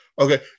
Okay